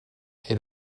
est